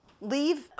Leave